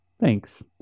Thanks